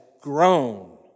grown